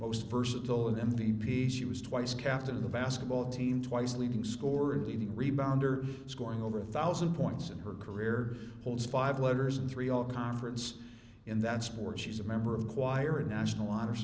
most versatile and m v p she was twice captain in the basketball team twice leading scorer and leading rebounder scoring over a thousand points in her career holds five letters and three all conference in that sport she's a member of the choir a national honor